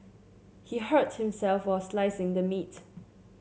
he hurt himself while slicing the meat